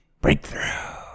breakthrough